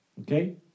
Okay